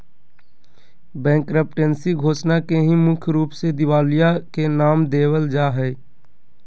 bankruptcy घोषणा के ही मुख्य रूप से दिवालिया के नाम देवल जा हय